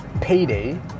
payday